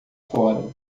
fora